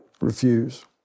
refuse